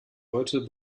heute